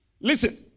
Listen